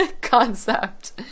concept